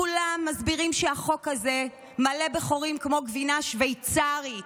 כולם מסבירים שהחוק הזה מלא בחורים כמו גבינה שווייצרית.